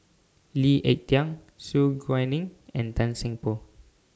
Lee Ek Tieng Su Guaning and Tan Seng Poh